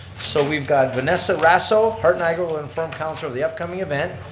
so we've got vanessa rasso, heart niagara will inform council of the upcoming event.